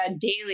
daily